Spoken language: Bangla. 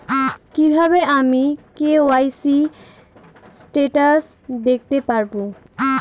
কিভাবে আমি কে.ওয়াই.সি স্টেটাস দেখতে পারবো?